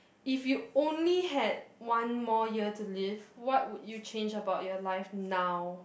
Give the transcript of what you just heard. if you only had one more year to live what would you change about your life now